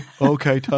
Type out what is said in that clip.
Okay